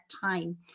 time